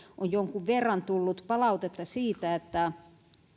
on jonkun verran tullut palautetta siitä että